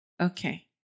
okay